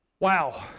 wow